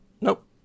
Nope